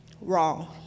Wrong